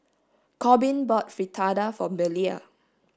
Corbin bought Fritada for Belia